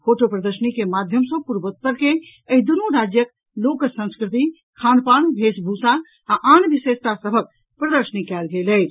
photo प्रदर्शनी के माध्यम सॅ पूर्वोत्तर के एहि दूनु राज्यक लोक संस्कृति खानपान वेशभूषा आ आन विशेषता सभक प्रदर्शनी कयल गेल अछि